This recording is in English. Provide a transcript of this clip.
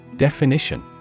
Definition